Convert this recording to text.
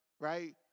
right